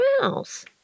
mouse